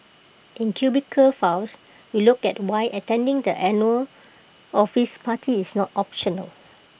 in cubicle files we look at why attending the annual office party is not optional